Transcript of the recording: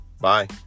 Bye